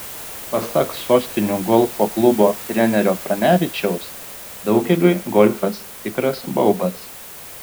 pasak sostinių golfo klubo trenerio pranevičiaus daugeliui golfas tikras baubas